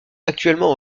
actuellement